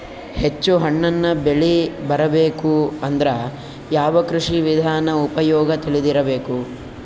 ಹೆಚ್ಚು ಹಣ್ಣನ್ನ ಬೆಳಿ ಬರಬೇಕು ಅಂದ್ರ ಯಾವ ಕೃಷಿ ವಿಧಾನ ಉಪಯೋಗ ತಿಳಿದಿರಬೇಕು?